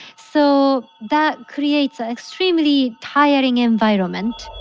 so that creates a extremely tiring environment